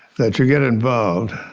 that you get involved